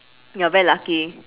you're very lucky